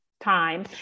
time